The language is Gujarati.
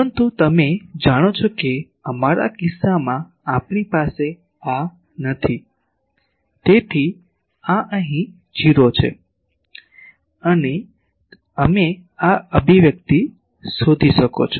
પરંતુ તમે જાણો છો કે અમારા કિસ્સામાં આપણી પાસે આ નથી તેથી આ અહીં 0 છે અને તમે આ અભિવ્યક્તિ શોધી શકો છો